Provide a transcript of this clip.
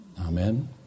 Amen